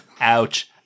Ouch